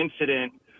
incident